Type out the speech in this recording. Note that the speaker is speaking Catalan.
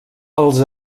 els